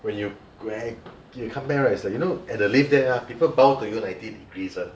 when you gra~ you come there is like you know at a lift there ah people bow to you ninety degrees [one]